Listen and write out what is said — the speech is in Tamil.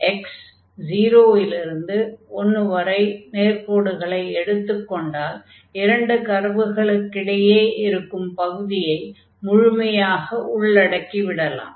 x0 லிருந்து x1 வரை நேர்க்கோடுகளை எடுத்துக் கொண்டால் இரண்டு கர்வுகளுக்கு இடையே இருக்கும் பகுதியை முழுமையாக உள்ளடக்கி விடலாம்